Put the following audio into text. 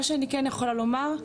מה שאני כן יכולה לומר,